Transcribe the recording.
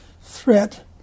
threat